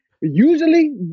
Usually